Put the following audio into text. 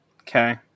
Okay